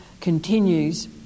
continues